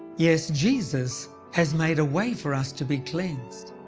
yes jesus has made a way for us to be cleansed.